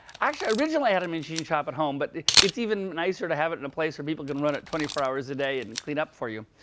actually, i originally had a machine shop at home. but it's even nicer to have it in a place where people can run it twenty four hours a day and and clean up for you.